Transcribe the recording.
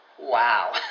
Wow